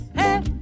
hey